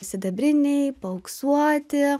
sidabriniai paauksuoti